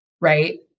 right